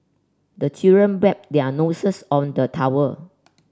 the children wipe their noses on the towel